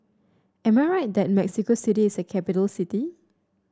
am I right that Mexico City is a capital city